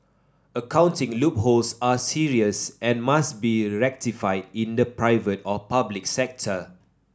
accounting loopholes are serious and must be rectified in the private or public sector